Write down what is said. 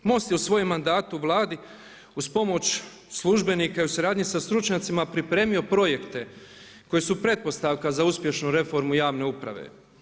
MOST je u svom mandatu u Vladi uz pomoć službenika i u suradnji sa stručnjacima pripremio projekte koji su pretpostavka za uspješnu reformu javne uprave.